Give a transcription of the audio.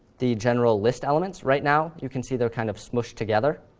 the general list elements. right now you can see they're kind of smooshed together.